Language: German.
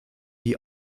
die